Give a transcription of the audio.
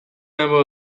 member